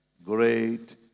Great